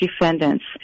defendants